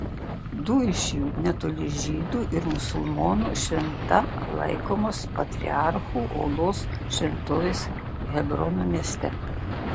du iš jų netoli žydų ir musulmonų šventa laikomos patriarchų olos šventovės hebrono mieste